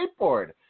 skateboard